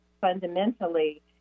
fundamentally